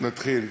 נתחיל.